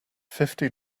fifty